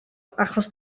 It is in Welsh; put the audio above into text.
achos